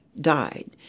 died